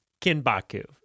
Kinbaku